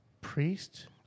priest